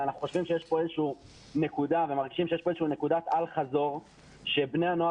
ואנחנו חושבים שיש פה איזושהי נקודת אל חזור שבני הנוער